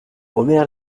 omer